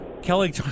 Kelly